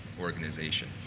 organization